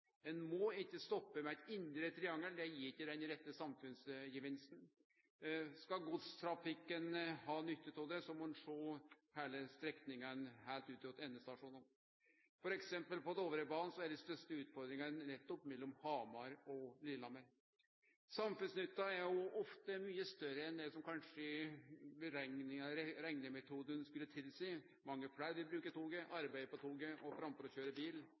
Ein må ikkje stoppe med eit indre triangel. Det gir ikkje den rette samfunnsgevinsten. Skal godstrafikken ha nytte av det, må ein sjå heile strekninga heilt ut mot endestasjonane. På Dovrebanen er f.eks. dei største utfordringane nettopp mellom Hamar og Lillehammer. Samfunnsnytta er også ofte mykje større enn det reknemetodane kanskje skulle tilseie. Mange fleire vil bruke toget, arbeide på toget, framfor å køyre bil.